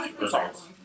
results